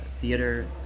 theater